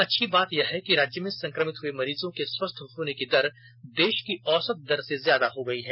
अच्छी बात यह है कि राज्य में संक्रमित हुए मरीजों के स्वस्थ होने की दर देश की औसत दर से ज्यादा हो गयी है